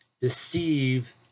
deceive